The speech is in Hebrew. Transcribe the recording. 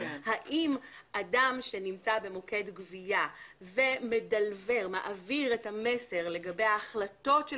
האם אדם שנמצא במוקד גבייה ומעביר את המסר לגבי ההחלטות של